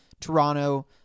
Toronto